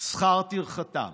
שכר טרחתם.